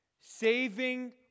saving